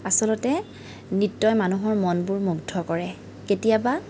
আচলতে নৃত্যই মানুহৰ মনবোৰ মুগ্ধ কৰে কেতিয়াবা